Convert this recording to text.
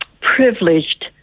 privileged